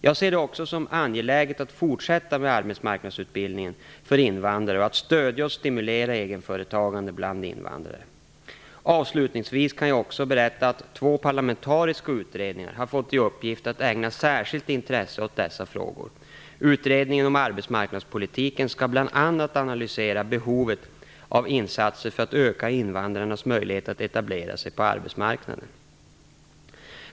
Jag ser det också som angeläget att fortsätta med arbetsmarknadsutbildning för invandrare och att stödja och stimulera egenföretagande bland invandrare. Avslutningsvis kan jag också berätta att två parlamentariska utredningar har fått i uppgift att ägna särskilt intresse åt dessa frågor. Utredningen om arbetsmarknadspolitiken skall bland annat analysera behovet av insatser för att öka invandrarnas möjligheter att etablera sig på arbetsmarknaden.